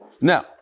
Now